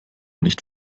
nicht